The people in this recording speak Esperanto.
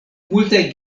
multaj